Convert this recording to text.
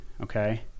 okay